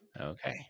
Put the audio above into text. Okay